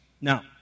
Now